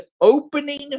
opening